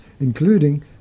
including